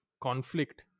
conflict